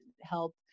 help